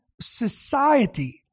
society